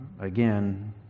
again